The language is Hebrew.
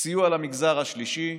סיוע למגזר השלישי,